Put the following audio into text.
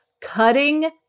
cutting